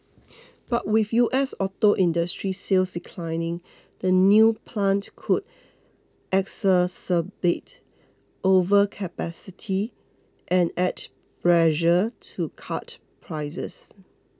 but with U S auto industry sales declining the new plant could exacerbate overcapacity and add pressure to cut prices